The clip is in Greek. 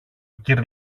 κυρ